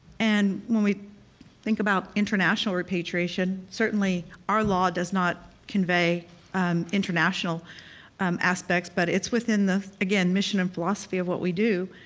and when we think about international repatriation, certainly our law does not convey international um aspects but it's within the, again, mission and philosophy of what we do,